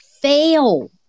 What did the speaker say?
fail